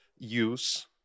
use